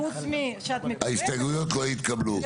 ההסתייגויות לא התקבלו.